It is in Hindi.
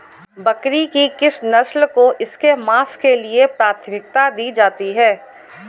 बकरी की किस नस्ल को इसके मांस के लिए प्राथमिकता दी जाती है?